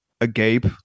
agape